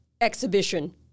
exhibition